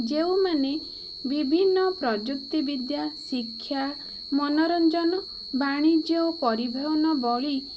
ଯେଉଁମାନେ ବିଭିନ୍ନ ପ୍ରଯୁକ୍ତି ବିଦ୍ୟା ଶିକ୍ଷା ମନୋରଞ୍ଜନ ବାଣିଜ୍ୟ ଓ ପରିବହନ ଭଳି